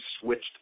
switched